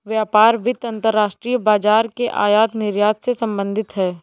व्यापार वित्त अंतर्राष्ट्रीय बाजार के आयात निर्यात से संबधित है